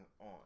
on